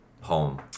home